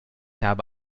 habe